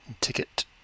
Ticket